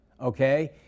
okay